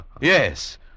Yes